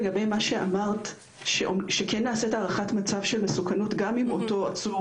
לגבי מה שאמרת שכן נעשית הערכת מצב של מסוכנות גם אם אותו עצור